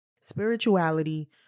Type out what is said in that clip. Spirituality